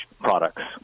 products